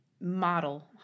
model